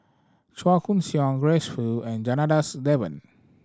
Chua Koon Siong Grace Fu and Janadas Devan